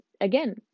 again